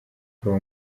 kuri